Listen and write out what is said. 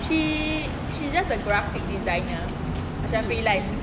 she she just a graphic designer macam freelance